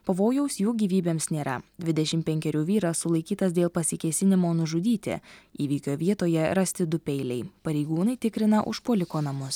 pavojaus jų gyvybėms nėra dvidešim penkerių vyras sulaikytas dėl pasikėsinimo nužudyti įvykio vietoje rasti du peiliai pareigūnai tikrina užpuoliko namus